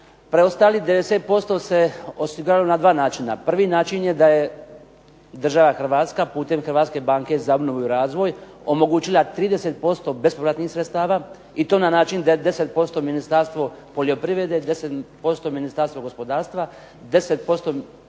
preostalih 90% se osiguralo na dva načina. Prvi način je da je država Hrvatska putem Hrvatske banke za obnovu i razvoj omogućila 30% bespovratnih sredstava i to na način da je 10% Ministarstvo poljoprivrede, 10% Ministarstvo gospodarstva, 10%